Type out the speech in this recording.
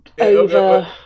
over